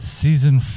season